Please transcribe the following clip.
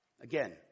Again